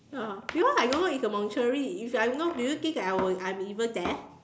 ya because I don't know it's a mortuary if I know do you think I will I'm even there